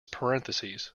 parentheses